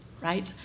right